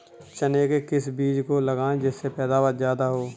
चने के किस बीज को लगाएँ जिससे पैदावार ज्यादा हो?